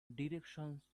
directions